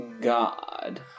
God